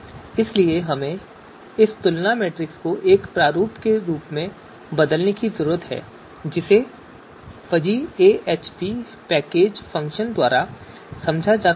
इसलिए हमें इस तुलना मैट्रिक्स को एक प्रारूप में बदलने की जरूरत है जिसे फजी एएचपी पैकेज फ़ंक्शन द्वारा समझा जा सकता है